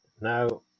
Now